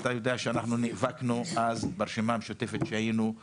אתה יודע שאנחנו נאבקנו אז ברשימה המשותפת שהיינו עם